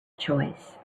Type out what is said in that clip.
choice